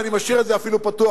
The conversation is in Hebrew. ואני משאיר את זה אפילו פתוח,